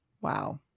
Wow